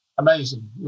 Amazing